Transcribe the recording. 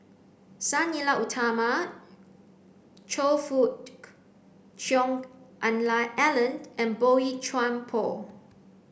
Sang Nila Utama Choe Cheong Alan and Boey Chuan Poh